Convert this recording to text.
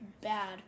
bad